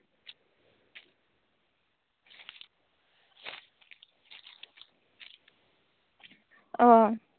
ᱚ